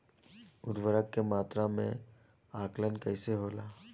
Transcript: उर्वरक के मात्रा में आकलन कईसे होला?